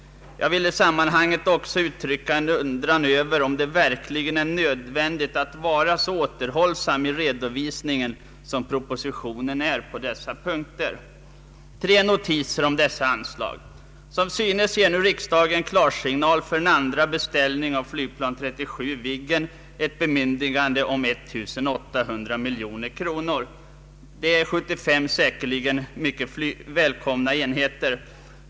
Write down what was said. Jag vill i sammanhanget också uttrycka en undran över om det verkligen är nödvändigt att vara så återhållsam i redovisningen som propositionerna är på dessa punkter. Tre notiser om dessa anslag. Som synes ger nu riksdagen klarsignal för en andra beställning av flygplan 37 Viggen, ett bemyndigande om 1800 miljoner kronor. Det innebär 75 säkerligen mycket välkomna enheter.